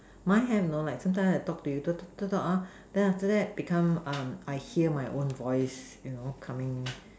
mine have you know like sometime I talk to you talk talk talk ah then after that become ah I hear my own voice you know coming